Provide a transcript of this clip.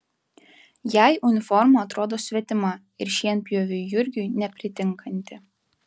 jai uniforma atrodo svetima ir šienpjoviui jurgiui nepritinkanti